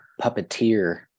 puppeteer